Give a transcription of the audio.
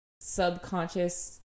subconscious